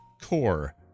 core